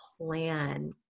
plan